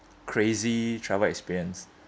crazy travel experience